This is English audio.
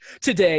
today